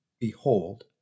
Behold